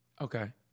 okay